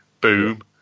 Boom